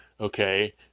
okay